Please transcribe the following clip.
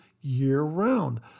year-round